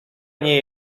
nie